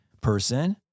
person